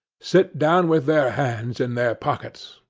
sit down with their hands in their pockets,